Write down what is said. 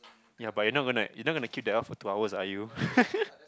you're but you're not gonna like you're going to keep that up for two hours are you